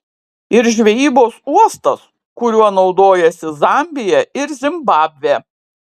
ir žvejybos uostas kuriuo naudojasi zambija ir zimbabvė